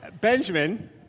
Benjamin